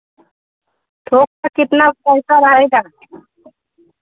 थौक में कितना पैसा रहेगा